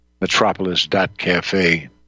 Metropolis.cafe